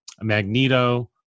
Magneto